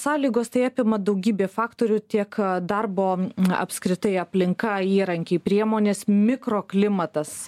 sąlygos tai apima daugybę faktorių tiek darbo apskritai aplinka įrankiai priemonės mikroklimatas